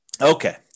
Okay